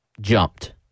jumped